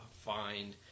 find